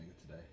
today